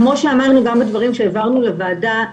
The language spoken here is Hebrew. כמו שאמרנו גם בדברים שהעברנו לוועדה,